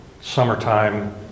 summertime